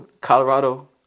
Colorado